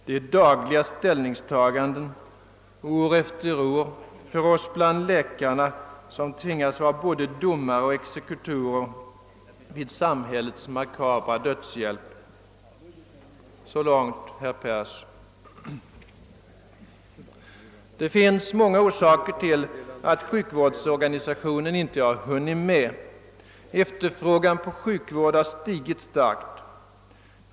Det är dagliga ställningstaganden, år efter år, för oss bland läkarna, som tvingas vara både domare och exekutorer vid samhällets makabra dödshjälp.» Det finns många orsaker till att sjukvårdsorganisationen inte hunnit med. Efterfrågan på sjukvård har stigit starkt.